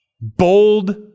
Bold